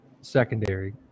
secondary